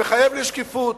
שמחייב שקיפות.